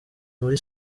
muri